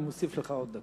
אבל אני מוסיף לך עוד דקה.